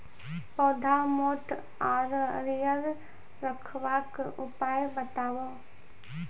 पौधा मोट आर हरियर रखबाक उपाय बताऊ?